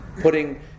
putting